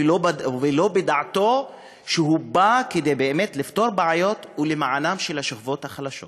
ולא בדעתו שהוא בא באמת כדי לפתור בעיות ולמען השכבות החלשות.